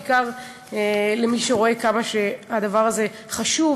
בעיקר למי שרואה כמה הדבר הזה חשוב,